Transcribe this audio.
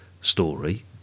story